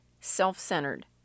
self-centered